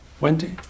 wendy